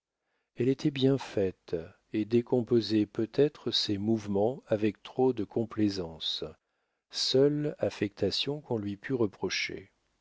elle était bien faite et décomposait peut-être ses mouvements avec trop de complaisance seule affectation qu'on lui pût reprocher